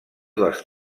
dels